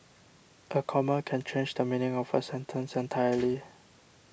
a comma can change the meaning of a sentence entirely